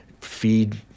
feed